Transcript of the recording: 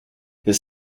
his